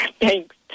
Thanks